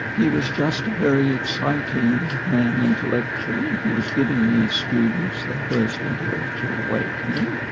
he was just a very exciting man, intellectually. he was giving these students their first intellectual awakening.